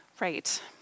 Right